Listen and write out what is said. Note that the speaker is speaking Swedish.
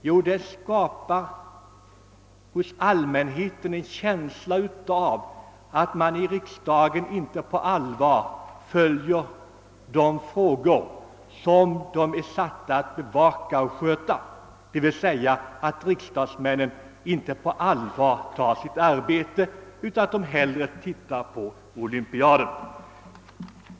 Jo, den skapar hos allmänheten en känsla av att vi i riksdagen inte på allvar följer de frågor som vi är satta att bevaka och sköta, d.v.s. att riksdagsmännen inte tar sitt arbete på allvar utan hellre tittar på olympiaden.